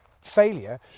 failure